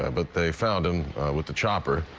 ah but they found him with the chopper.